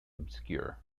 obscure